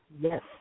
Yes